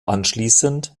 anschließend